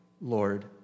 Lord